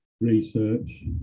research